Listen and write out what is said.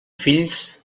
fills